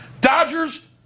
Dodgers